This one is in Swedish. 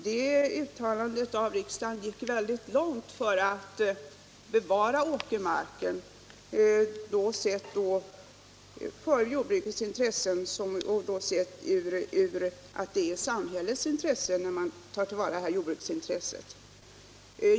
Det uttalandet av riksdagen till förmån för ett bevarande av åkermarken gick mycket långt. Det ansågs som en samhällsangelägenhet att ta till vara jordbrukets intresse.